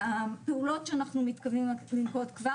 והפעולות שאנחנו מתכוונים רק לנקוט כבר,